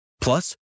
Plus